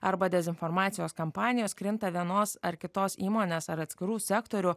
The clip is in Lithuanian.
arba dezinformacijos kampanijos krinta vienos ar kitos įmonės ar atskirų sektorių